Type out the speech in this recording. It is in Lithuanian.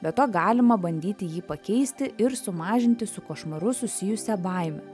be to galima bandyti jį pakeisti ir sumažinti su košmaru susijusią baimę